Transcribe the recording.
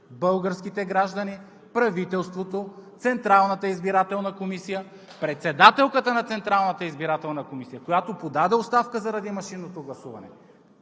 българските граждани, правителството, Централната избирателна комисия, председателката на Централата избирателна комисия, която подаде оставка заради машинното гласуване.